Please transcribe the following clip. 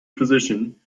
physician